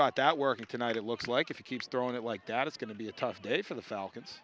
got that working tonight it looks like if you keep throwing it like that it's going to be a tough day for the falcons